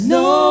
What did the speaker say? no